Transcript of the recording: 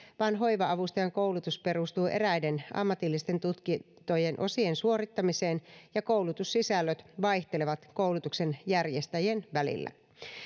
vaan hoiva avustajan koulutus perustuu eräiden ammatillisten tutkintojen osien suorittamiseen ja koulutussisällöt vaihtelevat koulutuksen järjestäjien välillä